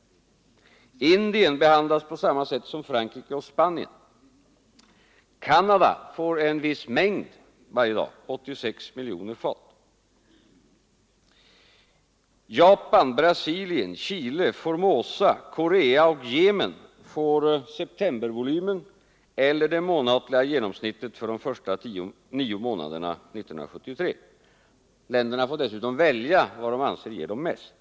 Indien behandlas på samma sätt som Frankrike och Spanien. Japan, Brasilien, Chile, Formosa, Korea och Jemen får septembervolymen eller det månatliga genomsnittet för de första nio månaderna 1973. Länderna får välja det som de anser ger dem mest.